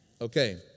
Okay